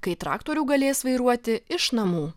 kai traktorių galės vairuoti iš namų